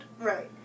Right